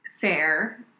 fair